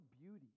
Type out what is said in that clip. beauty